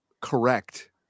Correct